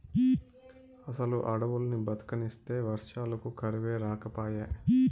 అసలు అడవుల్ని బతకనిస్తే వర్షాలకు కరువే రాకపాయే